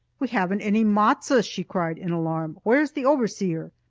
we haven't any matzo! she cried in alarm. where's the overseer?